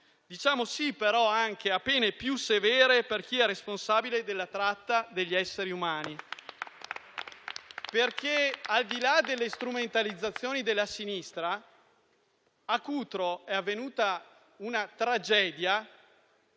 Diciamo sì, però, anche a pene più severe per chi è responsabile della tratta degli esseri umani. Al di là delle strumentalizzazioni della sinistra, a Cutro è avvenuta una tragedia